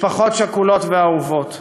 משפחות שכולות ואהובות,